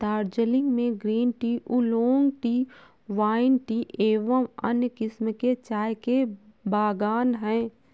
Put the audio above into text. दार्जिलिंग में green tea, oolong tea, white tea एवं अन्य किस्म के चाय के बागान हैं